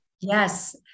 Yes